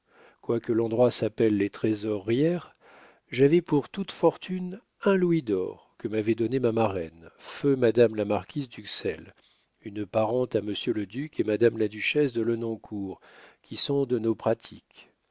quoique l'endroit s'appelle les trésorières j'avais pour toute fortune un louis d'or que m'avait donné ma marraine feu madame la marquise d'uxelles une parente à monsieur le duc et madame la duchesse de lenoncourt qui sont de nos pratiques